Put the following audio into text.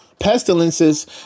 Pestilences